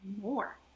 more